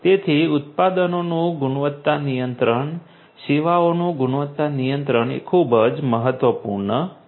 તેથી ઉત્પાદનોનું ગુણવત્તા નિયંત્રણ સેવાઓનું ગુણવત્તા નિયંત્રણ એ ખૂબ જ મહત્વપૂર્ણ છે